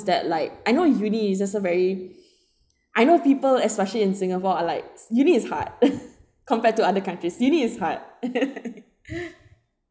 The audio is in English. that like I know uni is just a very I know people especially in singapore are like uni is hard compared to other countries uni is hard